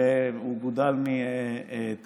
הרי הוא גודל מתרבית.